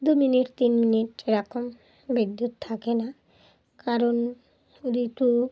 দু মিনিট তিন মিনিট এরকম বিদ্যুৎ থাকে না কারণ ঋতু